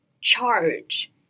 charge